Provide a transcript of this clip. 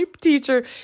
teacher